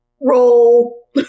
roll